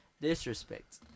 Disrespect